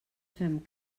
fem